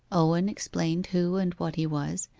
owen explained who and what he was,